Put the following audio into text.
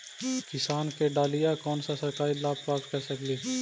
किसान के डालीय कोन सा सरकरी लाभ प्राप्त कर सकली?